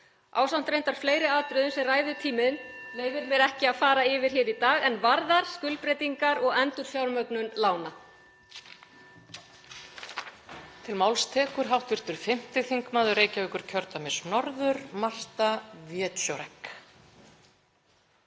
(Forseti hringir.) sem ræðutíminn leyfir mér ekki að fara yfir hér í dag en varða skuldbreytingar og endurfjármögnun lána.